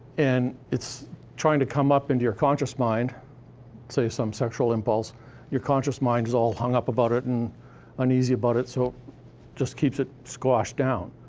and it's trying to come up into your conscious mind say, some sexual impulse your conscious mind is all hung up about it and uneasy about it so it just keeps it squashed down.